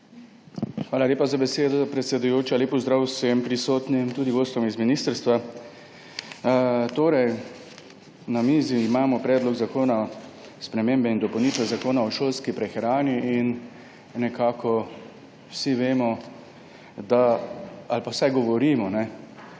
Hvala lepa za besedo, predsedujoča. Lep pozdrav vsem prisotnim, tudi gostom z ministrstva! Na mizi imamo spremembe in dopolnitve Zakona o šolski prehrani in nekako vsi vemo ali pa vsaj govorimo, da